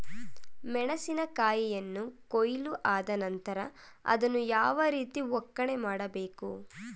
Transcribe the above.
ಮೆಣಸಿನ ಕಾಯಿಯನ್ನು ಕೊಯ್ಲು ಆದ ನಂತರ ಅದನ್ನು ಯಾವ ರೀತಿ ಒಕ್ಕಣೆ ಮಾಡಬೇಕು?